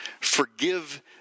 forgive